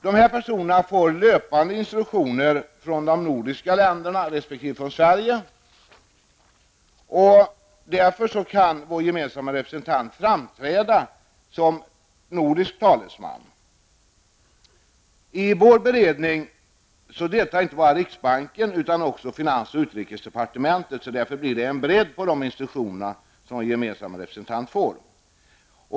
Dessa personer får löpande instruktioner från de nordiska länderna resp. från Sverige, och vår gemensamma representant kan därför framträda som nordisk talesman. I vår beredning deltar inte bara riksbanken utan också finans och utrikesdepartementen, och det blir därför en bredd på de instruktioner som vår gemensamma representant får.